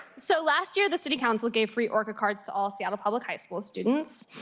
so last year, the city council gave free ocher cards to all seattle public high school students.